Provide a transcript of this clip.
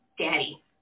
daddy